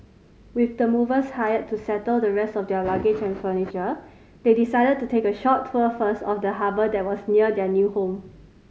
with the movers hired to settle the rest of their luggage and furniture they decided to take a short tour first of the harbour that was near their new home